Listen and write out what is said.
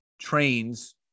trains